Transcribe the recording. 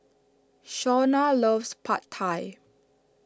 Shawnna loves Pad Thai